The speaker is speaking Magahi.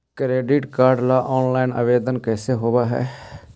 क्रेडिट कार्ड ल औनलाइन आवेदन कैसे होब है?